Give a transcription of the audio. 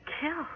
Kill